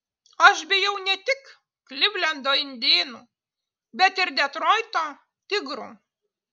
aš bijau ne tik klivlendo indėnų bet ir detroito tigrų